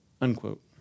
unquote